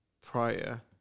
prior